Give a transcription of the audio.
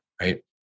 Right